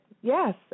Yes